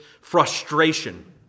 frustration